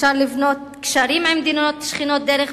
אפשר לבנות קשרים עם מדינות שכנות דרך